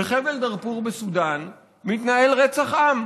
בחבל דארפור בסודאן מתנהל רצח עם.